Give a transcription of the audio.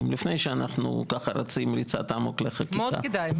לפני שאנחנו רצים ריצת אמוק לחקיקה -- מאוד כדאי.